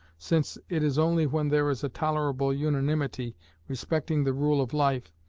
since it is only when there is a tolerable unanimity respecting the rule of life,